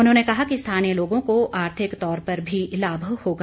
उन्होंने कहा कि स्थानीय लोगों को आर्थिक तौर पर भी लाभ होगा